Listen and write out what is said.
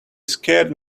scared